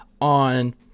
on